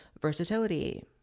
versatility